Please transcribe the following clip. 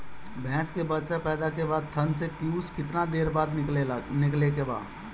भैंस के बच्चा पैदा के बाद थन से पियूष कितना देर बाद निकले के बा?